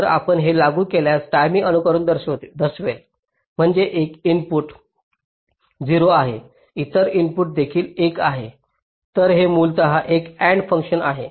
तर आपण हे लागू केल्यास टाईम अनुकरण दर्शवेल म्हणजे एक इनपुट 0 आहे इतर इनपुट देखील एक आहे तर हे मूलतः एक AND फंक्शन आहे